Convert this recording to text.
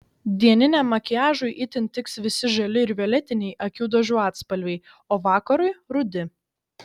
dieniniam makiažui itin tiks visi žali ir violetiniai akių dažų atspalviai o vakarui rudi